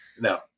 no